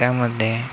त्यामध्ये